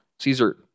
Caesar